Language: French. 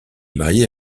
mariée